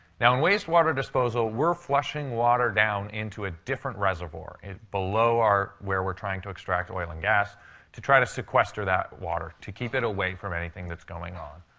now, in wastewater disposal, we're flushing water down into a different reservoir below our where we're trying to extract oil and gas to try to sequester that water to keep it away from anything that's going on.